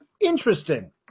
interesting